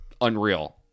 Unreal